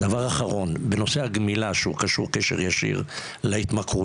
דבר אחרון בנושא הגמילה שהוא קשור קשר ישיר להתמכרויות.